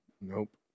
nope